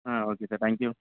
ah okay sir thank you